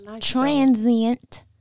transient